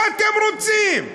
מה אתם רוצים?